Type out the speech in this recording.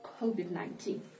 COVID-19